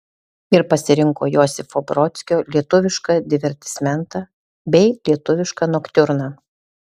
ir pasirinko josifo brodskio lietuvišką divertismentą bei lietuvišką noktiurną